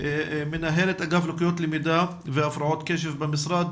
מנהלת אגף לקויות למידה והפרעות קשב במשרד,